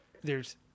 theres